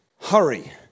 hurry